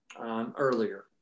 earlier